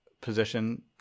position